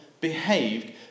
behaved